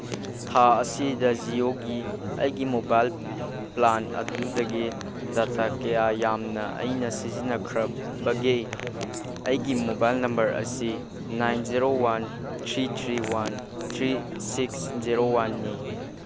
ꯊꯥ ꯑꯁꯤꯗ ꯖꯤꯑꯣꯒꯤ ꯑꯩꯒꯤ ꯃꯣꯕꯥꯏꯜ ꯄ꯭ꯂꯥꯟ ꯑꯗꯨꯗꯒꯤ ꯗꯇꯥ ꯀꯌꯥ ꯌꯥꯝꯅ ꯑꯩꯅ ꯁꯤꯖꯤꯟꯅꯈ꯭ꯔꯕꯒꯦ ꯑꯩꯒꯤ ꯃꯣꯕꯥꯏꯜ ꯅꯝꯕꯔ ꯑꯁꯤ nine zero one three three one three six zero ꯋꯥꯟꯅꯤ